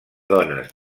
dones